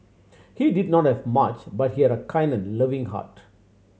he did not have much but he had a kind and loving heart